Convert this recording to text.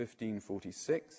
1546